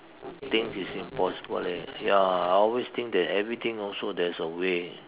things is impossible leh ya I always feel that everything also there is a way